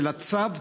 של הצו,